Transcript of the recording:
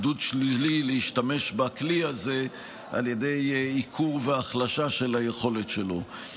עידוד שלילי להשתמש בכלי הזה על ידי עיקור והחלשה של היכולת שלו.